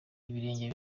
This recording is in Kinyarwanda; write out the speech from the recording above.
ibirenge